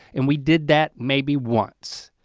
and we did that maybe once.